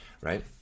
right